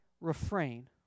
refrain